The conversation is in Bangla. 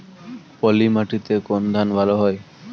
পলিমাটিতে কোন ধান ভালো হয়?